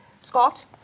Scott